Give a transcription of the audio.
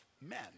men